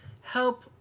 help